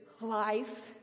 life